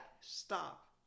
Stop